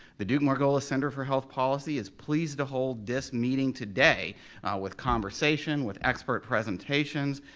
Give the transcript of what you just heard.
the duke-margolis center for health policy is pleased to hold this meeting today with conversation, with expert presentations,